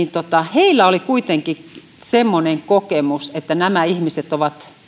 heillä oli kuitenkin semmoinen kokemus että nämä ihmiset ovat